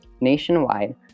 Nationwide